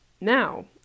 Now